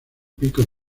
pico